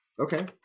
Okay